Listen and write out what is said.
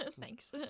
Thanks